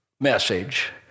message